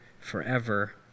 forever